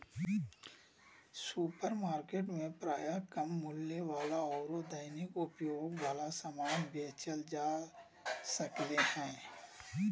supermarket में प्रायः कम मूल्य वाला आरो दैनिक उपयोग वाला समान बेचल जा सक्ले हें